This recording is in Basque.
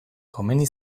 komeni